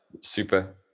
super